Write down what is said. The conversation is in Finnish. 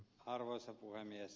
arvoisa puhemies